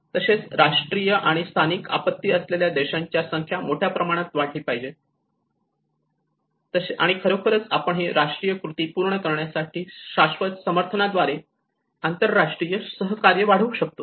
आणि तसेच राष्ट्रीय आणि स्थानिक आपत्ती असलेल्या देशांची संख्या मोठ्या प्रमाणात वाढली पाहिजे आणि खरोखर आपण ही राष्ट्रीय कृती पूर्ण करण्यासाठी शाश्वत समर्थनाद्वारे आंतरराष्ट्रीय सहकार्य वाढवू शकतो